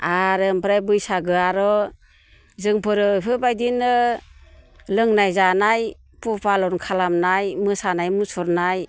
आरो ओमफ्राय बैसागो आरो जोंफोरो बेफोरबायदिनो लोंनाय जानाय फु फालन खालामनाय मोसानाय मुसुरनाय